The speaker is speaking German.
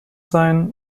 sein